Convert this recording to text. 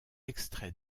extrait